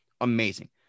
amazing